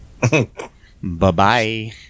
Bye-bye